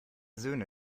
söhne